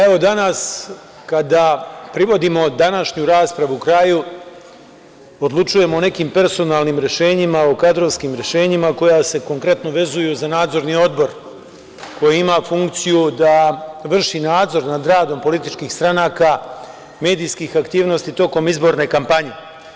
Evo, danas kada privodimo današnju raspravu kraju, odlučujemo o nekim personalnim rešenjima, o kadrovskim rešenjima koja se konkretno vezuju za Nadzorni odbor koji ima funkciju da vrši nadzor nad radom političkih stranaka, medijskih aktivnosti tokom izborne kampanje.